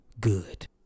good